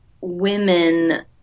women